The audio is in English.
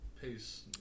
Peace